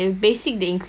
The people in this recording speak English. twenty cent